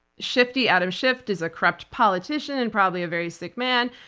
shifty adam schiff is a corrupt politician and probably a very sick man.